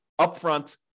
upfront